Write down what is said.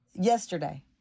Yesterday